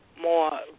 more